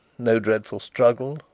no dreadful struggle,